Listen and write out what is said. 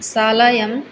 शालायां